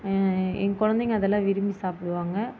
என் குழந்தைங்க அதெல்லாம் விரும்பி சாப்பிடுவாங்க